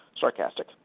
sarcastic